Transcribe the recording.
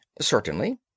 Certainly